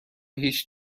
هیچ